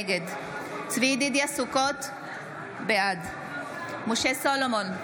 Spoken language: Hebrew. נגד צבי ידידיה סוכות, בעד משה סולומון,